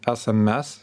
esam mes